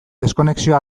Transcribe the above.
deskonexioa